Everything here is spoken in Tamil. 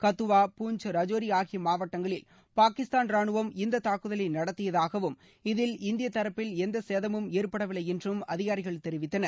கத்துவா பூஞ்ச் ரஜோரி ஆகிய மாவட்டங்களில் பாகிஸ்தாள் ரானுவம் இந்த தாக்குதலை நடத்தியதாகவும் இதில் இந்திய தரப்பில் எந்த சேதமும் ஏற்படவில்லை என்றும் அதிகாரிகள் தெரிவித்தனர்